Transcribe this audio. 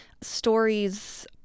stories